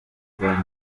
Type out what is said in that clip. rwa